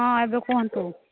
ହଁ ଏବେ କୁହନ୍ତୁ